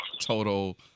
Total